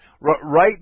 right